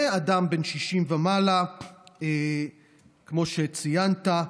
ואדם בן שישים ומעלה, כמו שציינת,